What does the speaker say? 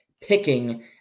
picking